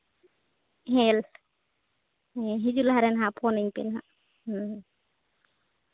ᱦᱮᱸ ᱦᱤᱡᱩᱜ ᱞᱟᱦᱟᱨᱮ ᱯᱷᱳᱱ ᱟᱹᱧ ᱯᱮ ᱦᱟᱸᱜ ᱦᱮᱸ